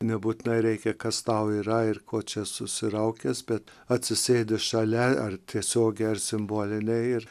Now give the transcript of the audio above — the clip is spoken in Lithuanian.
nebūtinai reikia kas tau yra ir ko čia susiraukęs bet atsisėdęs šalia ar tiesiogiai ar simbolinę ir